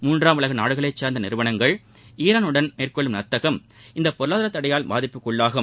மூன்றாம் உலக நாடுகளை சேர்ந்த நிறுவனங்கள் ஈரானுடன் மேற்கொள்ளும் வர்த்தகம் இந்த பொருளாதாரத் தடையால் பாதிப்பிற்குள்ளாகும்